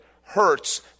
hurts